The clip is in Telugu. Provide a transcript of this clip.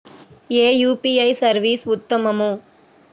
ఏ యూ.పీ.ఐ సర్వీస్ ఉత్తమము?